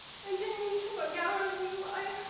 didn't mean to bug out on you oh,